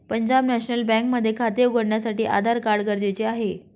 Punjab national bank मध्ये खाते उघडण्यासाठी आधार कार्ड गरजेचे आहे